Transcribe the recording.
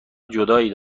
جدایی